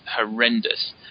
horrendous